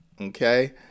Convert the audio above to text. Okay